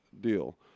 deal